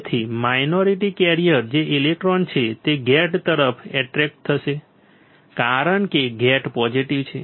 તેથી minority carrier જે electron છે તે ગેટ તરફ એક્ટ્રેક્ટ થશે કારણ કે ગેટ પોઝિટિવ છે